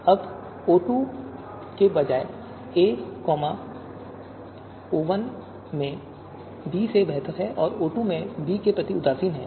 अब O2 के बजाय a O1 में b से बेहतर है और O2 में b के प्रति उदासीन है